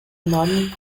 enorme